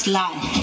life